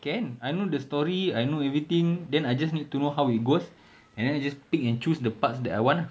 can I know the story I know everything then I just need to know how it goes and then I just pick and choose the parts that I want ah